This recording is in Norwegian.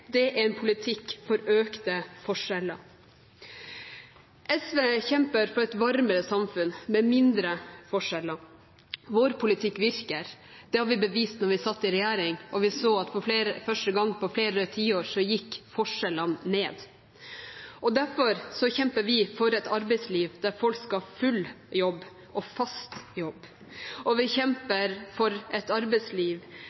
er dette en politikk for økte forskjeller. SV kjemper for et varmere samfunn med mindre forskjeller. Vår politikk virker – det beviste vi da vi satt i regjering, og vi så at for første gang på flere tiår gikk forskjellene ned. Derfor kjemper vi for et arbeidsliv der folk skal ha full jobb og fast jobb. Vi